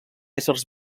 éssers